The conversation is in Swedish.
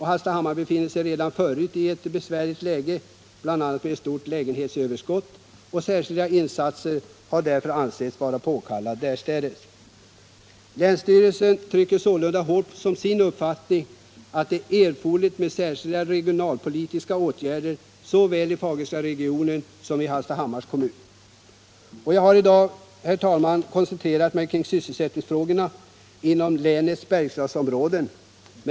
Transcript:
Hallstahammar befinner sig redan förut i ett besvärligt läge, bl.a. genom ett stort lägenhetsunderskott. Särskilda insatser är därför påkallade. Länsstyrelsen trycker hårt på sin uppfattning att det fordras särskilda regionalpolitiska åtgärder såväl i Fagerstaregionen som i Hallstahammars kommun. Jag har i dag koncentrerat mig på sysselsättningsfrågor inom länets Bergslagsområden.